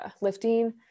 lifting